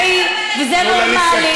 וזה טבעי, וזה נורמלי,